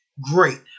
Great